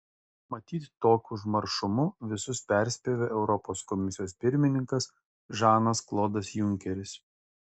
matyt tokiu užmaršumu visus perspjovė europos komisijos pirmininkas žanas klodas junkeris